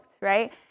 right